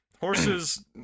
Horses